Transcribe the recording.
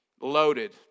Loaded